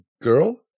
girl